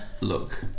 look